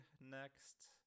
next